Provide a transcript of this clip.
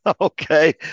Okay